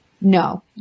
No